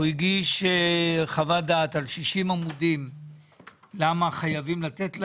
הוא הגיש חוות דעת שהשתרעה על 60 עמודים ובה נאמר למה חייבים לתת להן.